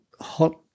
hot